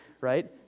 right